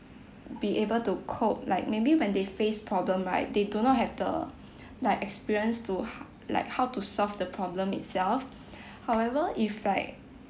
be able to cope like maybe when they face problem right they do not have the like experience to ho~ like how to solve the problem itself however if like